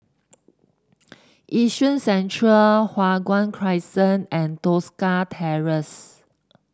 Yishun Central Hua Guan Crescent and Tosca Terrace